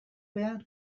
behar